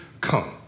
come